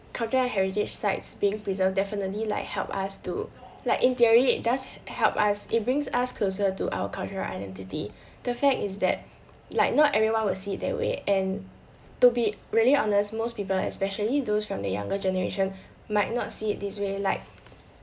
cultural heritage sites being preserved definitely like help us to like in theory it does help as it brings us closer to our cultural identity the fact is that like not everyone will see it that way and to be really honest most people especially those from the younger generation might not see it this way like